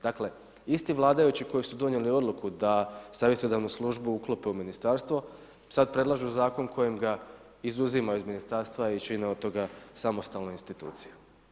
Dakle, isti vladajući koji su donijeli odluku da savjetodavnu službu uklope u ministarstvo, sada predlažu zakon kojim ga izuzimaju iz ministarstva i čine od toga samostalnu instituciju.